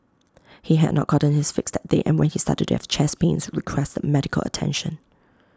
he had not gotten his fix that day and when he started to have chest pains requested medical attention